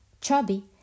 chubby